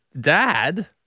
dad